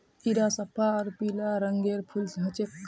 इरा सफ्फा आर पीला रंगेर फूल होचे